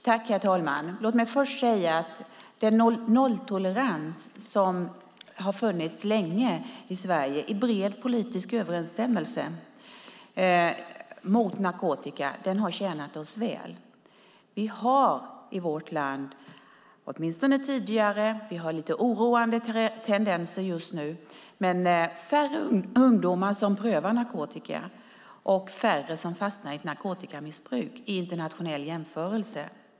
Herr talman! Låt mig först säga att den nolltolerans mot narkotika som har funnits länge i Sverige i bred politisk enighet har tjänat oss väl. Vi har i vårt land - åtminstone tidigare, för vi har lite oroande tendenser just nu - färre ungdomar som prövar narkotika och färre som fastnar i ett narkotikamissbruk i internationell jämförelse.